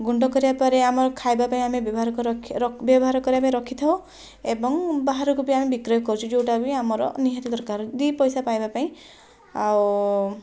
ଗୁଣ୍ଡ କରିବାପରେ ଆମେ ଖାଇବାପାଇଁ ଆମେ ବ୍ୟବହାର କରି ବ୍ୟବହାର କରିବାପାଇଁ ରଖିଥାଉ ଏବଂ ବାହାରକୁ ବି ଆମେ ବିକ୍ରୟ କରୁଛୁ ଯେଉଁଟା ବି ଆମର ନିହାତି ଦରକାର ଦୁଇ ପଇସା ପାଇବାପାଇଁ ଆଉ